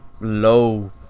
low